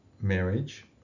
marriage